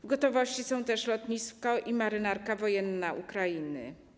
W gotowości są też lotnisko i marynarka wojenna Ukrainy.